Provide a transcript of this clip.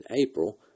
April